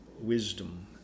wisdom